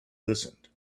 listened